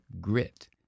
grit